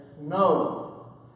No